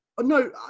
No